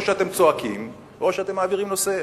או שאתם צועקים או שאתם מעבירים נושא.